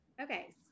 Okay